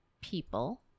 people